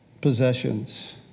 possessions